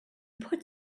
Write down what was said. put